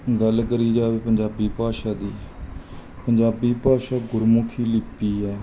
ਗੱਲ ਕਰੀ ਜਾਵੇ ਪੰਜਾਬੀ ਭਾਸ਼ਾ ਦੀ ਪੰਜਾਬੀ ਭਾਸ਼ਾ ਗੁਰਮੁਖੀ ਲਿਪੀ ਹੈ